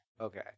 okay